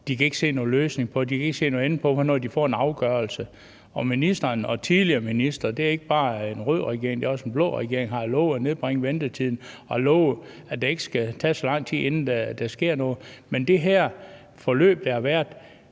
De kan ikke se nogen løsning på det. De kan ikke se nogen ende på, hvornår de får en afgørelse. Og ministeren og tidligere ministre – det er ikke bare en rød regering, det er også en blå regering – har jo lovet at nedbringe ventetiden og lovet, at det ikke skal tage så lang tid, inden der sker noget. Men det her forløb, der har været,